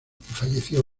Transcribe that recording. falleció